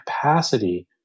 capacity